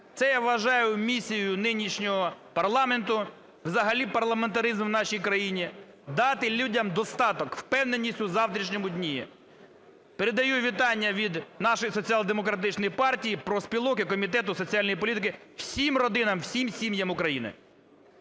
Це я вважаю місією нинішнього парламенту, взагалі парламентаризму в нашій країні – дати людям достаток, впевненість у завтрашньому дні. Передаю вітання від нашої Соціал-демократичної партії, профспілок і Комітету соціальної політики всім родинам, всім сім'ям України!